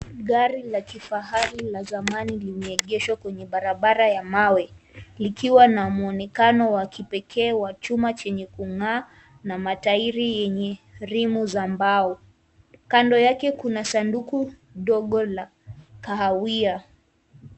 Gari la kifahari la zamani limeegeshwa kwenye barabara ya mawe likiwa na mwonekano wa kipekee wa chuma chenye kung'aa na matairi yenye rimu za mbao. Kando yake kuna sanduku dogo la kahawia.